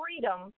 freedom